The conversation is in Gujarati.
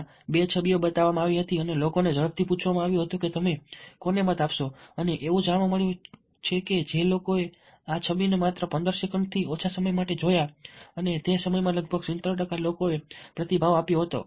માં બે છબીઓ બતાવવામાં આવી હતી અને લોકોને ઝડપથી પૂછવામાં આવ્યું હતું કે તમે કોને મત આપશો અને એવું જાણવા મળ્યું છે કે જે લોકોએ આ છબીઓને માત્ર 15 સેકન્ડથી ઓછા સમય માટે જોયા અને તે સમયમાં લગભગ 70 ટકા લોકોએ પ્રતિભાવ આપ્યો હતો